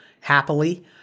happily